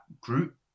group